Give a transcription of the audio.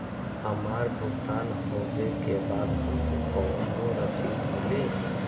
हमार भुगतान होबे के बाद हमके कौनो रसीद मिली?